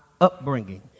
upbringing